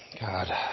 God